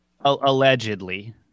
allegedly